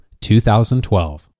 2012